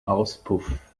auspuff